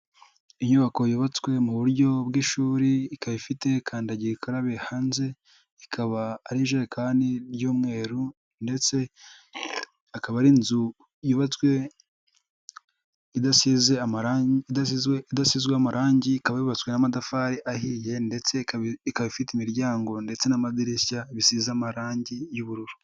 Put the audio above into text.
Inyubako yubatswe mu buryo bw'ishuri, ikaba ifite kandagirukarabe hanze, ikaba ari ijekani y'umweru ndetse ikaba ari inzu yubatswe idasize amarangi, ikaba yubatswe n'amatafari ahiye ndetse ikaba ifite imiryango ndetse n'amadirishya bisize amarangi y'ubururu.